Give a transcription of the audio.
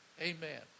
Amen